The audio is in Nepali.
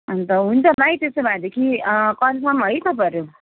अनि त हुन्छ भाइ त्यसो भएदेखि कन्फर्म है तपाईँहरू